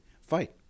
fight